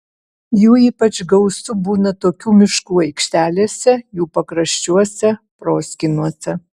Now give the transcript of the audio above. jų ypač gausu būna tokių miškų aikštelėse jų pakraščiuose proskynose